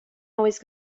always